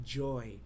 joy